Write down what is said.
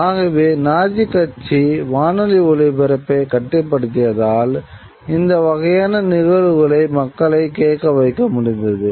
ஆகவே நாஜி கட்சி வானொலி ஒளிபரப்பைக் கட்டுப்படுத்தியதால் இந்த வகையான நிகழ்வுகளை மக்களைக் கேட்க வைக்க முடிந்தது